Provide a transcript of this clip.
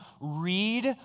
read